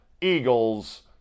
Eagles